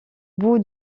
bout